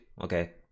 okay